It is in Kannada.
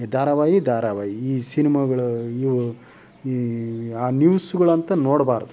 ಈ ಧಾರಾವಾಹಿ ಧಾರಾವಾಹಿ ಈ ಸಿನಿಮಾಗಳು ಇವು ಈ ಆ ನ್ಯೂಸ್ಗಳಂತೂ ನೋಡಬಾರ್ದು